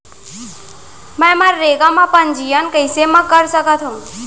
मैं मनरेगा म पंजीयन कैसे म कर सकत हो?